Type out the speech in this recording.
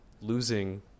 losing